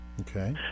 Okay